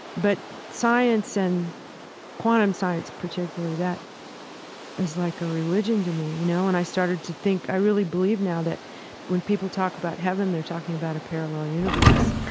but science and quantum science particularly that is like a religion to me, you know. and i started to think i really believe now that when people talk about heaven, they're talking about a parallel universe